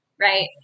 right